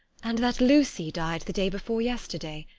and that lucy died the day before yesterday.